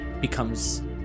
becomes